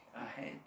ahead